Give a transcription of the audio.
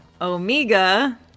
Omega